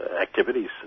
activities